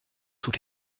sous